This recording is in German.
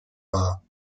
war